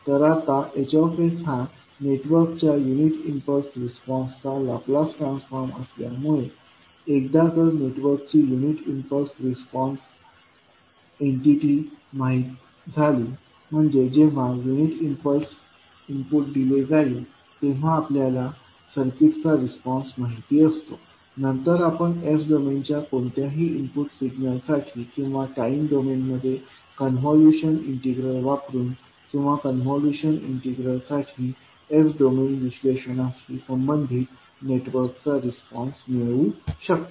तर आता H हा नेटवर्कच्या युनिट इम्पल्स रिस्पॉन्सचा लाप्लास ट्रान्सफॉर्म असल्यामुळे एकदा जर नेटवर्कची युनिट इम्पल्स रिस्पॉन्स एन्टिटी माहित झाली म्हणजे जेव्हा युनिट इम्पल्स इनपुट दिले जाईल तेव्हा आपल्याला सर्किटचा रिस्पॉन्स माहिती असतो नंतर आपण s डोमेनच्या कोणत्याही इनपुट सिग्नलसाठी किंवा टाइम डोमेनमध्ये कॉन्व्होल्यूशन इंटिग्रल वापरुन किंवा कॉन्व्होल्यूशन इंटिग्रलसाठी s डोमेन विश्लेषणाशी संबंधित नेटवर्कचा रिस्पॉन्स मिळवू शकतो